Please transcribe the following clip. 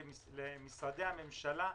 תודה.